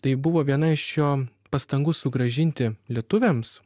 tai buvo viena iš jo pastangų sugrąžinti lietuviams